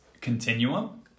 continuum